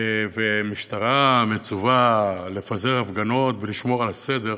ומשטרה מצווה לפזר הפגנות ולשמור על הסדר,